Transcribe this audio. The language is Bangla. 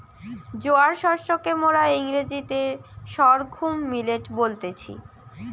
জোয়ার শস্যকে মোরা ইংরেজিতে সর্ঘুম মিলেট বলতেছি